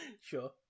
Sure